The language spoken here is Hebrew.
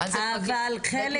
אז זה פרקליטות,